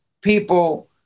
people